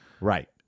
Right